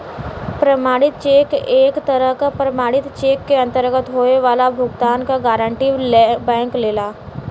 प्रमाणित चेक एक तरह क प्रमाणित चेक के अंतर्गत होये वाला भुगतान क गारंटी बैंक लेला